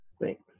Thanks